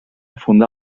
fundar